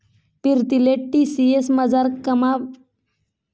पीरतीले टी.सी.एस मझार काम भेटामुये तिनी आर्थिक करीयर चांगली व्हयनी